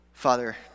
Father